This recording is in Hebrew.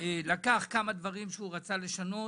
לקח כמה דברים שהוא רצה לשנות,